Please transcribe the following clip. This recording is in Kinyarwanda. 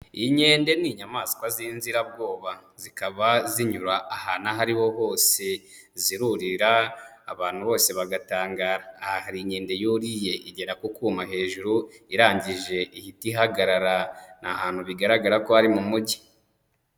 Inkende ni inyamaswa z'inzirabwoba, zikaba zinyura ahantu aho ariho hose, zirurira abantu bose bagatabgara, aha hari inkende yuriye igera ku kuma hejuru, irangije ihita ihagarara ni hantu bigaragara ko ari mu mujyi.